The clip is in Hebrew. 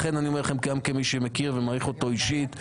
לכן אני אומר לך גם כמי שמכיר ומעריך אותו אישית,